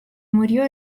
murió